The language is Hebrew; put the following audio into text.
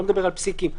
לא מדבר על פסיקים,